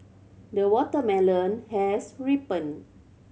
the watermelon has ripened